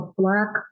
black